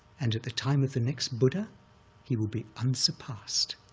and at the time of the next buddha he will be unsurpassed.